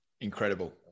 incredible